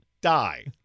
die